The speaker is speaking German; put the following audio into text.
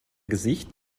gesicht